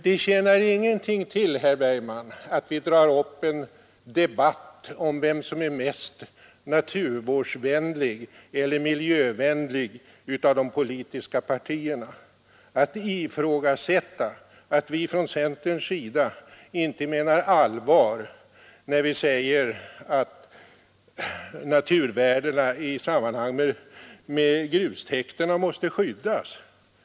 Det tjänar ingenting till, herr Bergman, att vi drar upp en debatt om vilket av de politiska partierna som är mest naturvårdsvänligt eller miljövänligt, och vidare tjänar det ingenting till att ifrågasätta att vi från centern inte menar allvar, när vi säger att naturvärdena i sammanhang med grustäkterna måste skyddas.